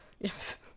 Yes